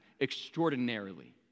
extraordinarily